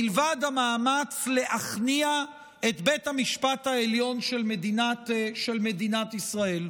מלבד המאמץ להכניע את בית המשפט העליון של מדינת ישראל.